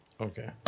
Okay